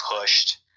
pushed